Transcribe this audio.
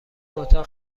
اتاق